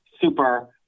super